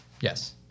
Yes